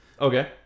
Okay